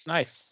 Nice